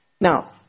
Now